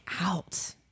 out